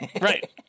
Right